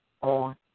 On